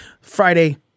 Friday